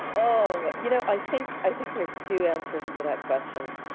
oh, but you know i think i think there's two answers to that question.